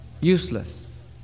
Useless